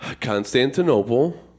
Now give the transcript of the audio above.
Constantinople